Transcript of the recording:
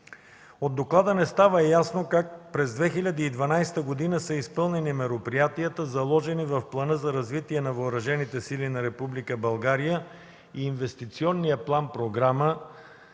От доклада не става ясно как през 2012 г. са изпълнени мероприятията, заложени в плана за развитие на въоръжените сили на Република България и Инвестиционния план-програма